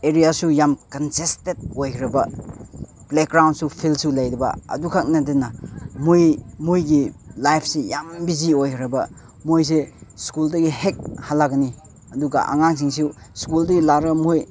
ꯑꯦꯔꯤꯌꯥꯁꯨ ꯌꯥꯝ ꯀꯟꯖꯦꯁꯇꯦꯠ ꯑꯣꯏꯈ꯭ꯔꯕ ꯄ꯭ꯂꯦꯒ꯭ꯔꯥꯎꯟꯁꯨ ꯐꯤꯜꯁꯨ ꯂꯩꯇꯕ ꯑꯗꯨꯈꯛ ꯅꯠꯇꯅ ꯃꯣꯏ ꯃꯣꯏꯒꯤ ꯂꯥꯏꯐꯁꯦ ꯌꯥꯝ ꯕꯤꯖꯤ ꯑꯣꯏꯈ꯭ꯔꯕ ꯃꯣꯏꯁꯦ ꯁ꯭ꯀꯨꯜꯗꯒꯤ ꯍꯦꯛ ꯍꯜꯂꯛꯀꯅꯤ ꯑꯗꯨꯒ ꯑꯉꯥꯡꯁꯤꯡꯁꯨ ꯁ꯭ꯀꯨꯜꯗꯒꯤ ꯂꯥꯛꯂꯒ ꯃꯣꯏ